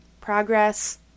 Progress